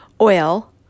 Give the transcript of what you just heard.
oil